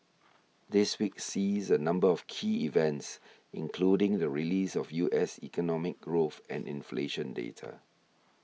this week sees a number of key events including the release of U S economic growth and inflation data